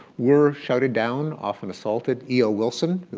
were shouted down, often assaulted. e o. wilson,